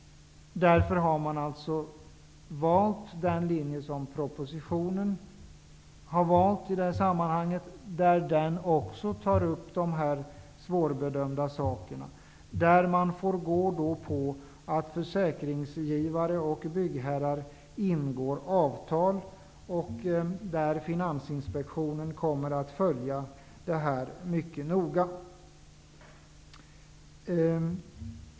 Därför har man valt den linje som propositionen står för i det här sammanhanget. Den tar också upp de här svårbedömda sakerna. Man får gå på att försäkringsgivare och byggherrar ingår avtal och att Finansinspektionen kommer att följa det här mycket noga.